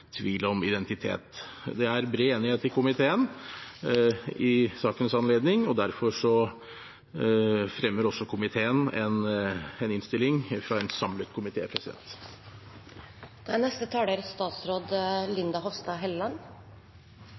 tvil om identitet. Det er bred enighet i komiteen i sakens anledning. Derfor fremmer også komiteen en enstemmig innstilling.